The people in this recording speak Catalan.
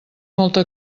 molta